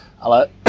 Ale